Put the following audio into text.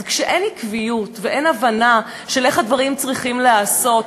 אז כשאין עקביות ואין הבנה של איך הדברים צריכים להיעשות,